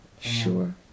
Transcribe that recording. sure